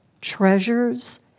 treasures